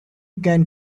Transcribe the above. can